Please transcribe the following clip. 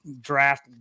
draft